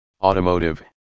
automotive